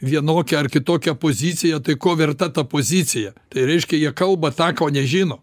vienokią ar kitokią poziciją tai ko verta ta pozicija tai reiškia jie kalba tą ko nežino